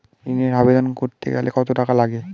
ঋণের আবেদন করতে গেলে কত টাকা লাগে?